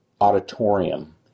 Auditorium